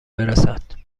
برسد